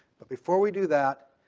but before we do that,